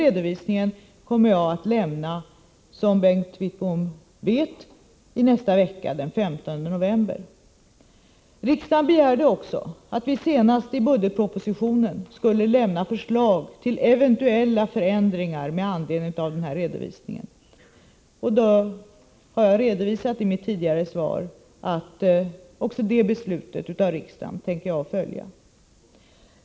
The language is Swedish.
Den redovisningen kommer jag, som Bengt Wickbom vet, att lämna i nästa vecka, den 15 november. Riksdagen begärde också att vi senast i budgetpropositionen skulle lämna förslag till eventuella förändringar med anledning av den här redovisningen. Jag har i mitt tidigare svar sagt att jag också tänker följa det riksdagsbeslutet.